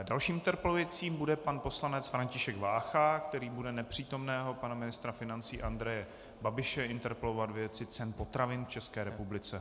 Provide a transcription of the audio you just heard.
Dalším interpelujícím bude pan poslanec František Vácha, který bude nepřítomného pana ministra financí Andreje Babiše interpelovat ve věci cen potravin v České republice.